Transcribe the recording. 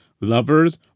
lovers